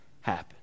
happen